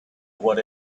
what